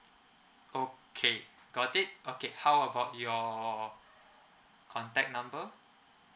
okay got it okay how about your contact number